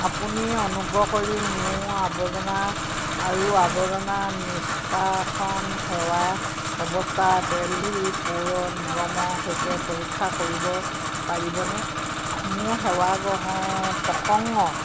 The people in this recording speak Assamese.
আপুনি অনুগ্ৰহ কৰি মোৰ আৱৰ্জনা আৰু আৱৰ্জনা নিষ্কাশন সেৱাৰ অৱস্থা দেলহি পৌৰ নিগমৰ সৈতে পৰীক্ষা কৰিব পাৰিবনে মোৰ সেৱা গহ প্ৰসংগ